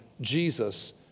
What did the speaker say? Jesus